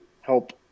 help